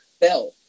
Bell